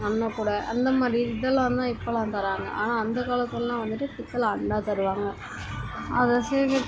அன்னக்கூட அந்தமாதிரி இதெல்லாம் தான் இப்பொல்லாம் தராங்க ஆனால் அந்த காலத்துலலாம் வந்துட்டு பித்தளை அண்டா தருவாங்க அதை சேகரிச்